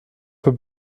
für